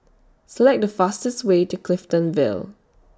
Select The fastest Way to Clifton Vale